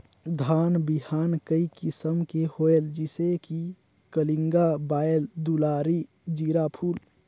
धान बिहान कई किसम के होयल जिसे कि कलिंगा, बाएल दुलारी, जीराफुल?